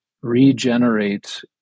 regenerate